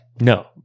No